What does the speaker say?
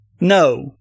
No